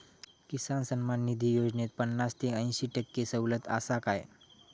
किसान सन्मान निधी योजनेत पन्नास ते अंयशी टक्के सवलत आसा काय?